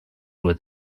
were